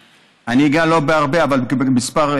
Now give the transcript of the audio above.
אני לא אגע בהרבה, אלא בכמה משרדים.